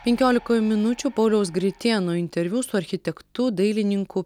penkiolikoj minučių pauliaus gritėno interviu su architektu dailininku